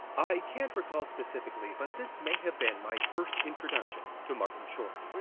i can't recall specifically but this may have been my first introduction to martin short.